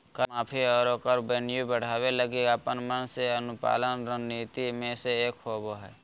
कर माफी, आरो कर रेवेन्यू बढ़ावे लगी अपन मन से अनुपालन रणनीति मे से एक होबा हय